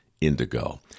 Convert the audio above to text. indigo